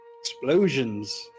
Explosions